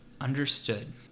understood